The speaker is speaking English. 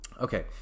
Okay